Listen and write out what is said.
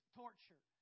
torture